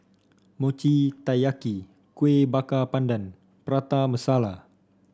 Mochi Taiyaki Kueh Bakar Pandan Prata Masala